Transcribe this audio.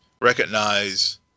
recognize